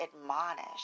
admonish